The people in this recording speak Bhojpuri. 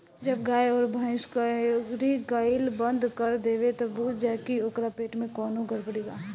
जब गाय अउर भइस कउरी कईल बंद कर देवे त बुझ जा की ओकरा पेट में कवनो गड़बड़ी बा